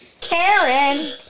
karen